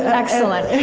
excellent.